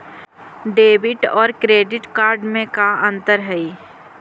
Debit और credit card में का अंतर हइ?